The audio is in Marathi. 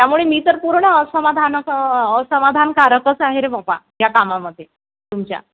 त्यामुळे मी तर पूर्ण असमाधान असमाधानकारच आहे रे बाबा या कामामध्ये तुमच्या